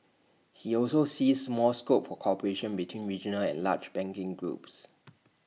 he also sees more scope for cooperation between regional and large banking groups